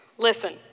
Listen